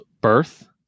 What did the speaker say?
birth